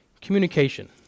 communication